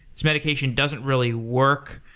this medication doesn't really work.